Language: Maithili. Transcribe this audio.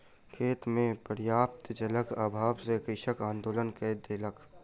खेत मे पर्याप्त जलक अभाव सॅ कृषक आंदोलन कय देलक